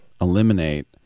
eliminate